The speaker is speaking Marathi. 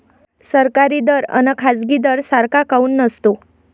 सरकारी दर अन खाजगी दर सारखा काऊन नसतो?